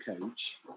coach